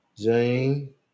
Zane